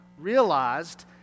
realized